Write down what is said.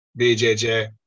BJJ